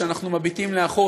כשאנחנו מביטים לאחור,